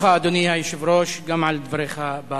אדוני היושב-ראש, אני מודה לך, גם על דבריך בבוקר.